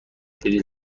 پیره